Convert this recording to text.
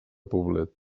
poblet